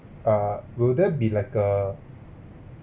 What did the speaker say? uh will there be like a